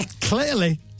Clearly